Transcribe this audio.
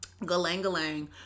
Galangalang